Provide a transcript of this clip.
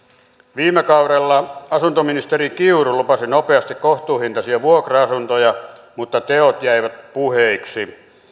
viime kaudella asuntoministeri kiuru lupasi nopeasti kohtuuhintaisia vuokra asuntoja mutta teot jäivät puheiksi